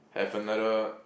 have another